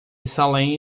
salem